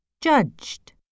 Judged